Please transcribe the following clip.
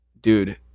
dude